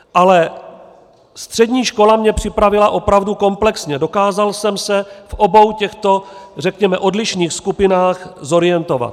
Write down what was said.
Ale střední škola mě připravila opravdu komplexně, dokázal jsem se v obou těchto řekněme odlišných skupinách zorientovat.